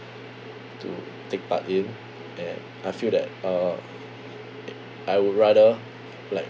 to take part in and I feel that uh eh I would rather like